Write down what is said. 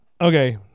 Okay